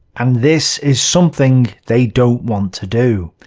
and this is something they don't want to do.